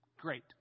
Great